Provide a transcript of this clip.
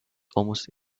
almost